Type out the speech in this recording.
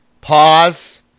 Pause